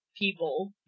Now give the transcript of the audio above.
people